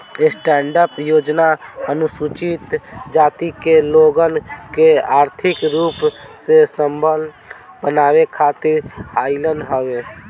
stand up योजना अनुसूचित जाति के लोगन के आर्थिक रूप से संबल बनावे खातिर आईल हवे